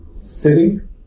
sitting